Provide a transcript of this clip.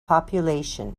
population